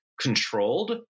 controlled